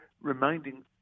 reminding